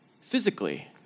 Physically